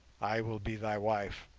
i will be thy wife.